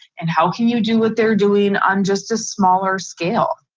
and how can you do what they're doing on just a smaller scale?